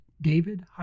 David